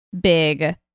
big